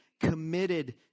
committed